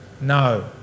No